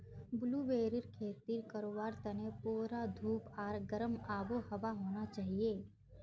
ब्लूबेरीर खेती करवार तने पूरा धूप आर गर्म आबोहवा होना चाहिए